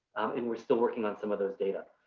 and we're still working on some of those data.